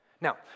Now